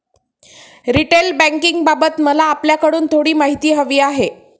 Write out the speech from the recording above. retail बँकिंगबाबत मला आपल्याकडून थोडी माहिती हवी आहे